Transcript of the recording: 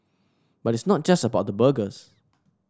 but it's not just about the burgers